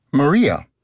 Maria